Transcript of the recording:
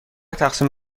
تقسیم